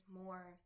more